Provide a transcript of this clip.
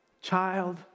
Child